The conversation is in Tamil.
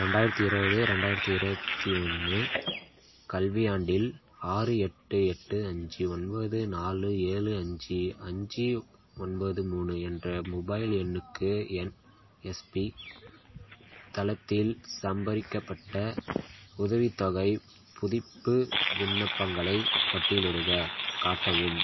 ரெண்டாயிரத்தி இருபது ரெண்டாயிரத்தி இருபத்தி ஒன்று கல்வியாண்டில் ஆறு எட்டு எட்டு அஞ்சு ஒன்பது நாலு ஏழு அஞ்சு அஞ்சு ஒன்பது மூணு என்ற மொபைல் எண்ணுக்கு என்எஸ்பி தளத்தில் சம்பரிக்கப்பட்ட உதவித்தொகைப் புதிப்பு விண்ணப்பங்களைப் பட்டியலிடுக காட்டவும்